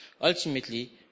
Ultimately